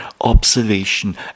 observation